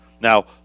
Now